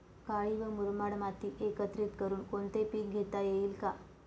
काळी व मुरमाड माती एकत्रित करुन कोणते पीक घेता येईल का?